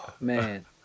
Man